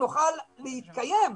שנוכל להתקיים,